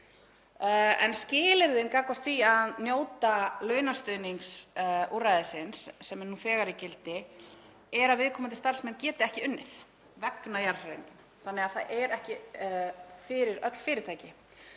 Skilyrðin gagnvart því að njóta launastuðningsúrræðisins sem er nú þegar í gildi eru að viðkomandi starfsmenn geti ekki unnið vegna jarðhræringa, þannig að það er ekki fyrir öll fyrirtæki